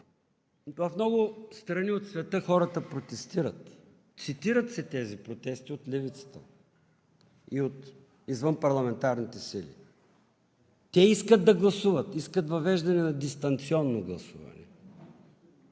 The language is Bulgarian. в много страни от света хората протестират. Цитират се тези протести от Левицата и от извънпарламентарните сили. Те искат да гласуват, искат въвеждане на дистанционно гласуване.